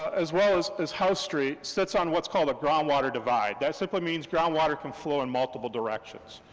as well as as house street, sits on what's called a groundwater divide, that simply means groundwater can flow in multiple directions.